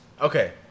Okay